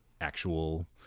actual